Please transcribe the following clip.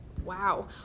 Wow